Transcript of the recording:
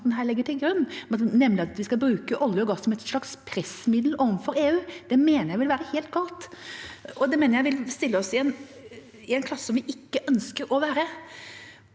at vi skal bruke olje og gass som et slags pressmiddel overfor EU. Det mener jeg vil være helt galt. Det mener jeg vil stille oss i en klasse vi ikke ønsker å være